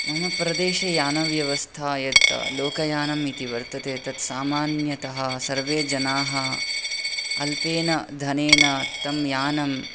मम प्रदेशे यानव्यवस्था यत् लोकयानं इति वर्तते तत् सामान्यतः सर्वे जनाः अल्पेन धनेन तं यानम्